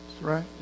right